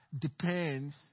depends